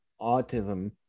autism